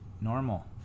normal